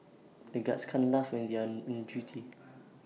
the guards can't laugh when they are on duty